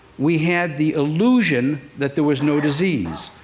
we had the illusion that there was no disease.